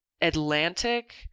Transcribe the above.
Atlantic